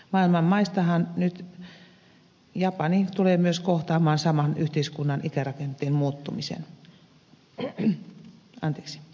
maailman maistahan nyt japani tulee myös kohtaamaan saman yhteiskunnan ikärakenteen muuttumisen